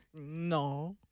No